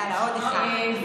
יאללה, עוד אחד.